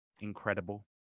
incredible